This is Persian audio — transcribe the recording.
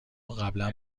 قبلا